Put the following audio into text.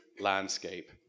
landscape